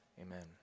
Amen